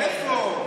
איפה הקואליציה?